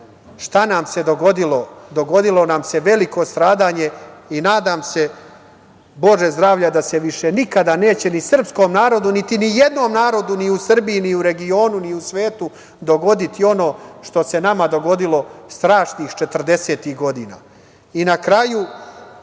šta nam se dogodilo. Dogodilo nam se veliko stradanje i nadam se, bože zdravlja, da se više nikada neće ni srpskom narodu, niti ni jednom narodu ni u Srbiji, ni u regionu, ni u svetu, dogoditi ono što se nama dogodilo strašnih 40-ih godina. Na